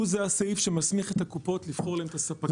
זה הסעיף שמסמיך את הקופות לבחור את הספקים.